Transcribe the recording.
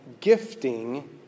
gifting